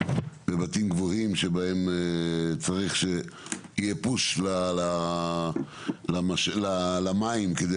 בבתים גבוהים שבהם צריך שיהיה פוש למים כדי